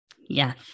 Yes